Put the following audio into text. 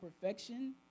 perfection